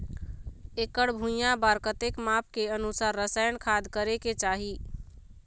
एकड़ भुइयां बार कतेक माप के अनुसार रसायन खाद करें के चाही?